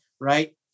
right